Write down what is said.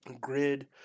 Grid